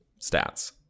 stats